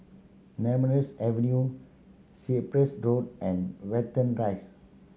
Nemesu Avenue Cyprus Road and Watten Rise